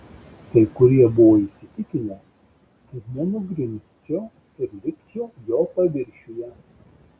kai kurie buvo įsitikinę kad nenugrimzčiau ir likčiau jo paviršiuje